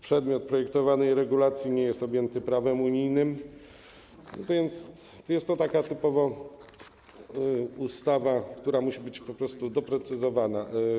Przedmiot projektowanej regulacji nie jest objęty prawem unijnym, więc jest to taka typowa ustawa, materia, która musi być po prostu doprecyzowana.